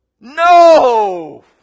No